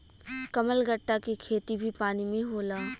कमलगट्टा के खेती भी पानी में होला